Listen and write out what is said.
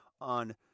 On